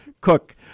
cook